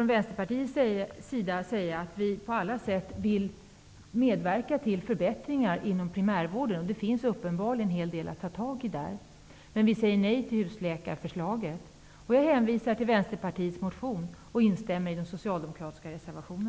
i Vänsterpartiet vill på alla sätt medverka till förbättringar inom primärvården. Det finns uppenbarligen en hel del att ta tag i. Men vi säger nej till husläkarförslaget. Jag hänvisar till Vänsterpartiets motion och instämmer i de socialdemokratiska reservationerna.